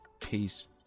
peace